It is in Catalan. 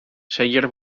celler